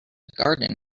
garden